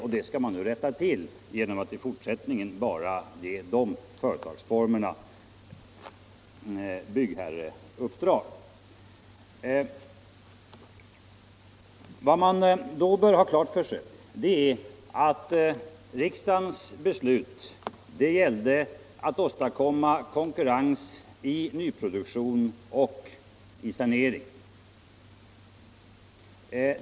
Detta skall man rätta till genom att i fortsättningen bara ge de företagsformerna byggherreuppdrag. Vad man då bör ha klart för sig är att riksdagens beslut avsåg att åstadkomma konkurrens i nyproduktion och i sanering.